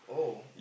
oh